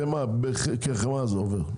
כמו חמאה זה עובר,